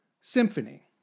Symphony